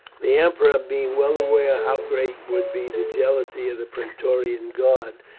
the emperor being well aware how great would be the jealousy of the praetorian guard,